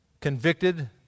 convicted